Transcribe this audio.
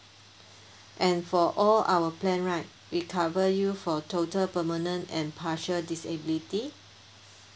and for all our plan right we cover you for total permanent and partial disability